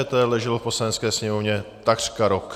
EET leželo v Poslanecké sněmovně takřka rok.